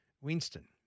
Winston